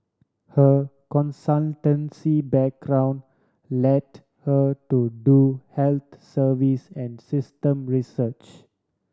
her consultancy background led her to do health service and system research